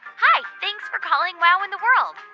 hi. thanks for calling wow in the world.